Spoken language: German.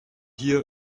hier